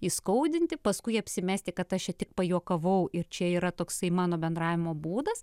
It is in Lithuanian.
įskaudinti paskui apsimesti kad aš čia tik pajuokavau ir čia yra toksai mano bendravimo būdas